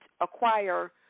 acquire